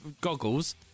goggles